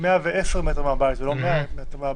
110 מטר מהבית ולא 100 מטר.